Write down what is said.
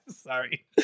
Sorry